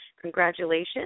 congratulations